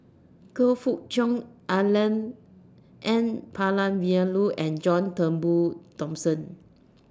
Choe Fook Cheong Alan N Palanivelu and John Turnbull Thomson